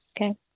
okay